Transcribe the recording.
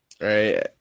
right